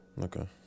okay